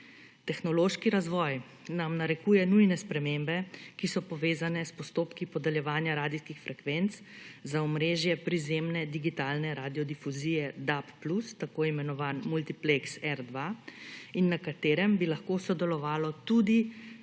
Tehnološki razvoj nam narekuje nujne spremembe, ki so povezane s postopki podeljevanja radijskih frekvenc za omrežje prizemne digitalne radiodifuzije DAB+, tako imenovani multipleks R2 in na katerem bi lahko sodelovalo tudi